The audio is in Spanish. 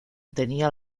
tenía